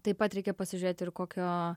taip pat reikia pasižiūrėti ir kokio